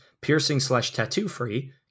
piercing-slash-tattoo-free